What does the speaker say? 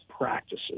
practices